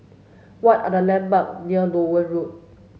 what are the landmark near Loewen Road